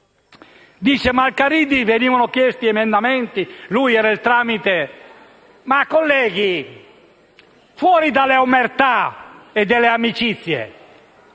che al Caridi venivano chiesti emendamenti e che lui era il tramite. Ma, colleghi, fuori dalle omertà e dalle amicizie,